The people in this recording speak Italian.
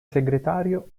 segretario